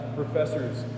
professors